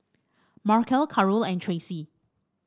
Markell Karol and Tracy